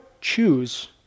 choose